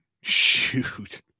shoot